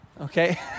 okay